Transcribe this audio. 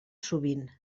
sovint